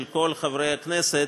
של כל חברי הכנסת,